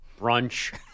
brunch